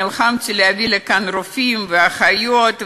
נלחמתי להביא לכאן רופאים ואחיות,